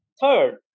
Third